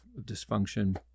dysfunction